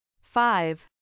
Five